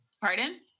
pardon